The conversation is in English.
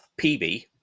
PB